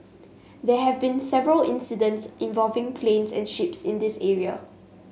they have been several incidents involving planes and ships in this area